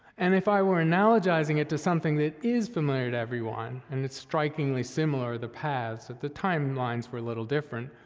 and if i were analogizing it to something that is familiar to everyone, and it's strikingly similar the paths, but the timelines were a little different,